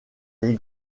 les